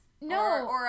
No